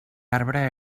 arbre